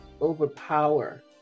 overpower